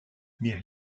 mais